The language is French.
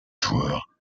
joueur